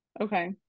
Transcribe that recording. Okay